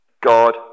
God